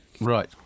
Right